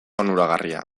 onuragarria